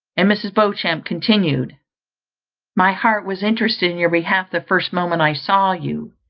and mrs. beauchamp continued my heart was interested in your behalf the first moment i saw you,